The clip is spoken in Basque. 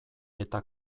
eta